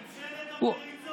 ממשלת המריצות, המריצות.